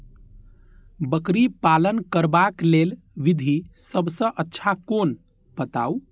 बकरी पालन करबाक लेल विधि सबसँ अच्छा कोन बताउ?